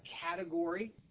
category